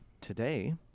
today